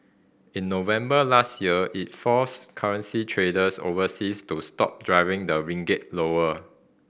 in November last year it forced currency traders overseas to stop driving the ringgit lower